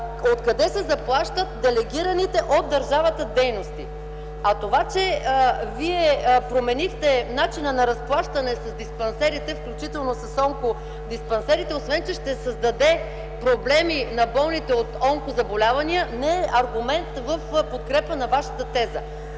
откъде се заплащат делегираните от държавата дейности. Това, че вие променихте начина на разплащане с диспансерите, включително с онкодиспансерите, освен че ще създаде проблеми на болните от онкозаболявания, не е аргумент в подкрепа на Вашата теза.